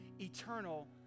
eternal